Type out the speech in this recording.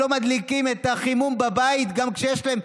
הם לא מדליקים את החימום בבית גם כשיש להם,